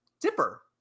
Dipper